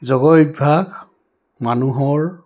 যোগ অভ্যাস মানুহৰ